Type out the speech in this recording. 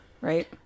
right